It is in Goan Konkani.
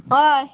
हय